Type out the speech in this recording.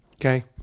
Okay